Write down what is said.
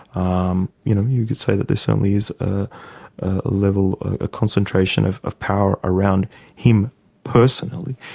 um you know you could say that there certainly is a level, a concentration of of power around him personally,